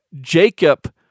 Jacob